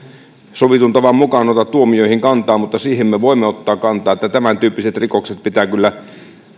sovitun tavan mukaan ota tuomioihin kantaa mutta siihen me voimme ottaa kantaa että tämäntyyppiset rikokset pitää kyllä